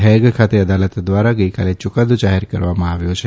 Hague ખાતે અદાલત દ્વારા ગઈકાલે યુકાદો જાહેર કરવામાં આવ્યો છે